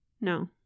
No